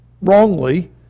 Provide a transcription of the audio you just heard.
wrongly